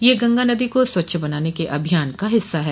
यह गंगा नदी को स्वच्छ बनाने के अभियान का हिस्सा है